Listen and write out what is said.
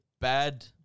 Bad